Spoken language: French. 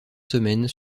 semaines